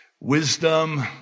wisdom